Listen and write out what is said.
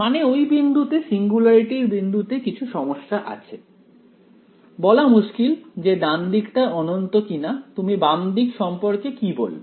মানে ওই বিন্দুতে সিঙ্গুলারিটির বিন্দুতে কিছু সমস্যা আছে বলা মুশকিল যে ডান দিকটা অনন্ত কিনা তুমি বাম দিক সম্পর্কে কি বলবে